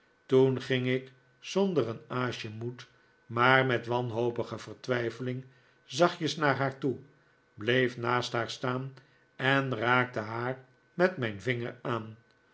toen ging ik zonder een aasje moed maar met wanhopige vertwijfeling zachtjes naar haar toe bleef naast haar staan en raakte haar met mijn vinger aan